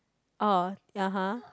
orh ya !huh!